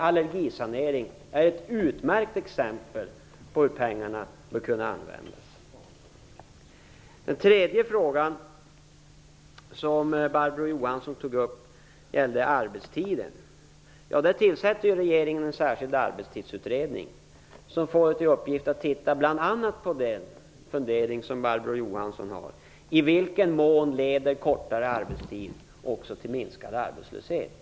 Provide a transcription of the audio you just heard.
Allergisanering är ett utmärkt exempel på hur pengarna bör kunna användas. Den tredje fråga Barbro Johansson tog upp gällde arbetstiden. Regeringen tillsätter en särskild arbetstidsutredning som får till uppgift att bl.a. studera den fundering som Barbro Johansson uttrycker, i vilken mån kortare arbetstid också leder till minskad arbetslöshet.